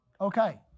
okay